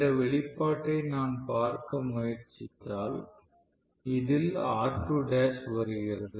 இந்த வெளிப்பாட்டை நான் பார்க்க முயற்சித்தால் இதில் R2l வருகிறது